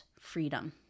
freedom